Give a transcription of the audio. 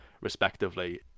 respectively